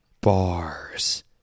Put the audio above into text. bars